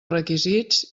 requisits